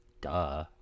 duh